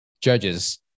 judges